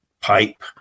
pipe